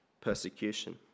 persecution